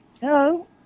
Hello